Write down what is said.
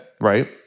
Right